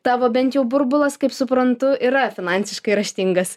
tavo bent jau burbulas kaip suprantu yra finansiškai raštingas